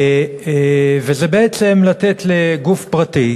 זה בעצם לתת לגוף פרטי